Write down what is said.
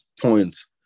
points